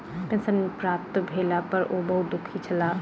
pension नै प्राप्त भेला पर ओ बहुत दुःखी छला